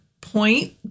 point